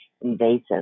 invasive